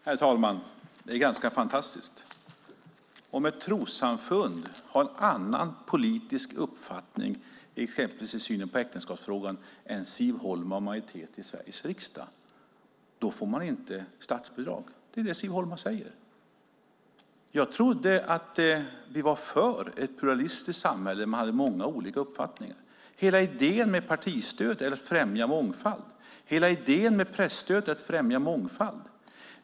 Herr talman! Det är ganska fantastiskt. Om ett trossamfund har en annan politisk uppfattning, exempelvis i synen på äktenskapsfrågan, än Siv Holma och majoriteten i Sveriges riksdag, då ska det inte få statsbidrag. Det är det Siv Holma säger. Jag trodde att vi var för ett pluralistiskt samhälle med många olika uppfattningar. Hela idén med partistöd och presstöd är att främja mångfald.